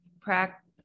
practice